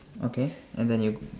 okay and then you